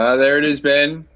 ah there it is ben.